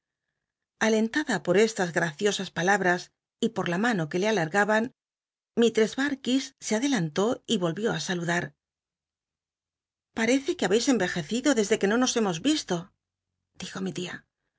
alentada por estas graciosas palabras y por la mano que le ala gaban mistress barkis se adelantó y volvió ú salu dar parece que habcis cnyejeeido desde que no nos hemos islo dij o mi tia